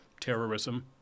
terrorism